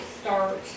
start